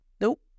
Nope